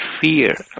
fear